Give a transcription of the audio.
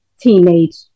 teenage